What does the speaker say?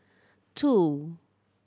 two